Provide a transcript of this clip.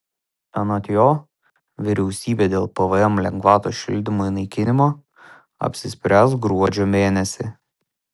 anot jo vyriausybė dėl pvm lengvatos šildymui naikinimo apsispręs gruodžio mėnesį